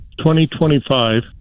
2025